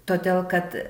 todėl kad